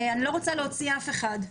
אני לא רוצה להוציא אף אחד.